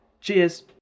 Cheers